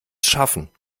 schaffen